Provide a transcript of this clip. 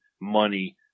money